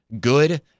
good